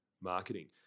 marketing